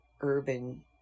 urban